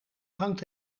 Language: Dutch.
hangt